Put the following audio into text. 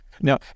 Now